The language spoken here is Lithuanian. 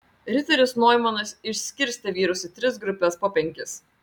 riteris noimanas išskirstė vyrus į tris grupes po penkis